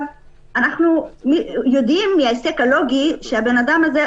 אנחנו יודעים מהיסק לוגי שלא הגיוני שהאדם הזה,